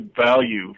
value